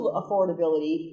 affordability